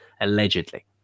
allegedly